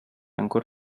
ancor